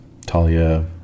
Talia